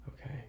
Okay